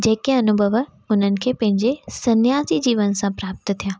जेके अनुभव उन्हनि खे पंहिंजे सन्यासी जीवन सां प्राप्त थिया